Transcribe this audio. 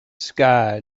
sky